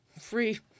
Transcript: free